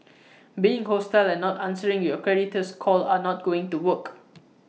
being hostile and not answering your creditor's call are not going to work